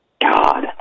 God